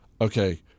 okay